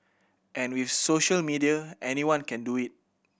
and with social media anyone can do it